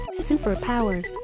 Superpowers